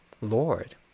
Lord